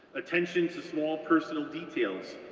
attention to small, personal details,